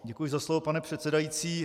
Děkuji za slovo, pane předsedající.